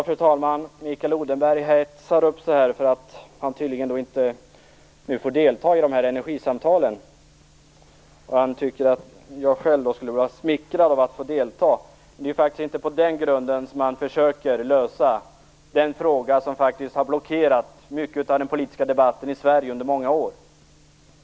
Fru talman! Mikael Odenberg hetsar upp sig, tydligen därför att han inte får delta i energisamtalen. Han tror att jag är smickrad över att få delta. Det är inte på den grunden som man försöker lösa den fråga som har blockerat mycket av den politiska debatten i Sverige under många år.